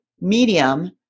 Medium